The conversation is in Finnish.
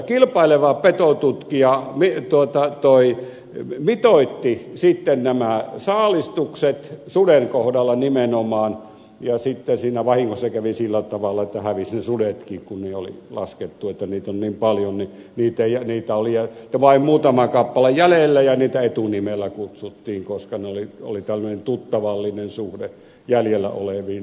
kilpaileva petotutkija mitoitti sitten saalistukset nimenomaan suden kohdalla ja sitten siinä vahingossa kävi sillä tavalla että hävisivät ne sudetkin kun oli laskettu että niitä on niin paljon ja niitä oli vain muutama kappale jäljellä ja niitä etunimellä kutsuttiin koska oli tämmöinen tuttavallinen suhde jäljellä oleviin susiyksilöihin